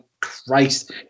Christ